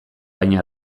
baina